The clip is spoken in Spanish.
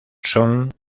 son